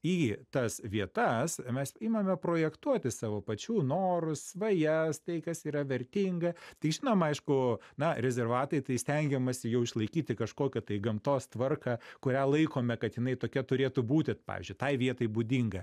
į tas vietas mes imame projektuoti savo pačių norus svajas tai kas yra vertinga tai žinoma aišku na rezervatai tai stengiamasi jau išlaikyti kažkokią tai gamtos tvarką kurią laikome kad jinai tokia turėtų būti pavyzdžiui tai vietai būdinga